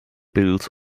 bills